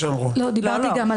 בעצם.